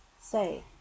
Say